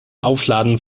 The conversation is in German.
aufladen